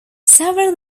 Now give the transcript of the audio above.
several